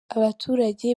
abaturage